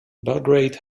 belgrade